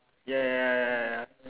ya ya ya ya ya ya